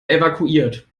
evakuiert